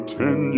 ten